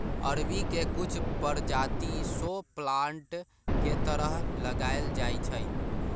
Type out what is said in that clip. अरबी के कुछ परजाति शो प्लांट के तरह लगाएल जाई छई